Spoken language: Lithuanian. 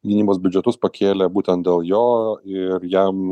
gynybos biudžetus pakėlė būtent dėl jo ir jam